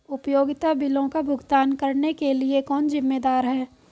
उपयोगिता बिलों का भुगतान करने के लिए कौन जिम्मेदार है?